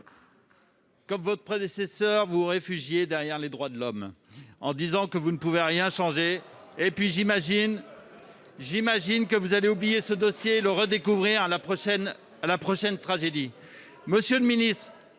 Comme votre prédécesseur, vous vous réfugiez derrière les droits de l'homme et dites que vous ne pouvez rien changer. J'imagine que vous allez oublier ce dossier et le redécouvrir à la prochaine tragédie